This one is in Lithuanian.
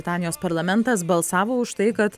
danijos parlamentas balsavo už tai kad